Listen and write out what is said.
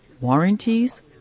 warranties